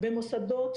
במוסדות